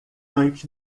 antes